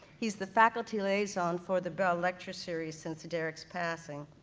he's the faculty liaison for the bell lecture series, since derrick's passing.